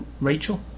Rachel